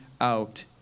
out